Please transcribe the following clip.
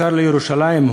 שר לירושלים,